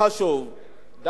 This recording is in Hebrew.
דווקא החברים,